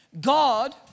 God